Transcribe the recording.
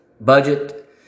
budget